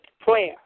prayer